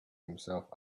himself